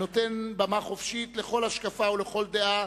הנותן במה חופשית לכל השקפה ולכל דעה,